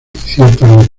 ciertas